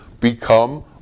become